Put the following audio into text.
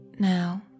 Now